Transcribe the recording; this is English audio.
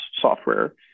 software